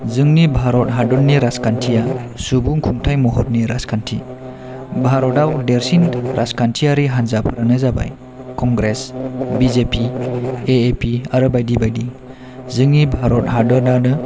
जोंनि भारत हादरनि राजखान्थिया सुबुं खुंथाय महरनि राजखान्थि भारतयाव देरसिन राजखान्थि हानजाफोरानो जाबाय Congress B J P A A P आरो बायदि बायदि जोंनि भारत हादर आनो